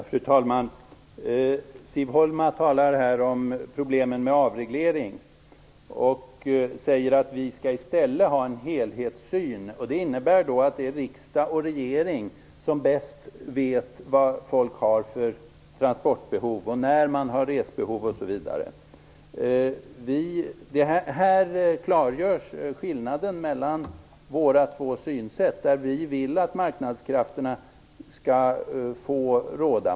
Fru talman! Siv Holma talar om problemen med avreglering. Hon säger att vi i stället skall ha en helhetsyn. Den innebär att det är riksdag och regering som bäst vet vad folk har för transportbehov och när man har resbehov osv. Här klargörs skillnaden mellan våra två synsätt. Vi vill att marknadskrafterna skall få råda.